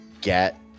get